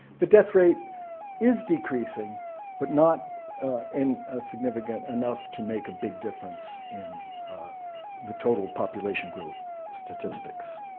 the death rate is decreasing but not in a significant enough to make a big difference in the total population growth statistics.